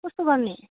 कस्तो गर्ने